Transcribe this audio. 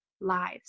lives